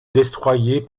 destroyer